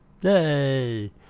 Yay